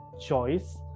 choice